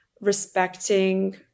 respecting